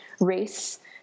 race